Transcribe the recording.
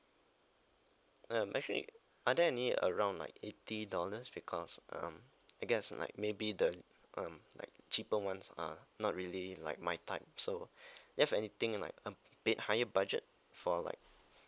I'm actually are there any around like eighty dollars because um I guess like maybe the um like cheaper ones are not really like my type so do you have anything like um bit higher budget for like